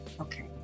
Okay